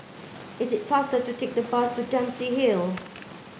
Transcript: it's faster to take the bus to Dempsey Hill